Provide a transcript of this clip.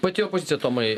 pati opozicija tomai